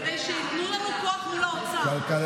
כדי שייתנו לנו כוח מול האוצר.